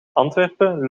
antwerpen